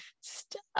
Stop